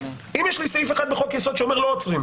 אם יש לי סעיף אחד בחוק-יסוד שאומר: לא עוצרים,